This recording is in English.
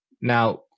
Now